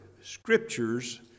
scriptures